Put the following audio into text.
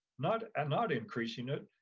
not and not increasing it.